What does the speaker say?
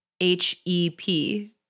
H-E-P